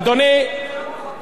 שמעתי את סיפורייך על "פראבדה",